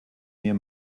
near